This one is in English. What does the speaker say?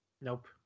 Nope